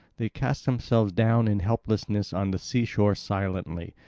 they cast themselves down in helplessness on the sea-shore silently,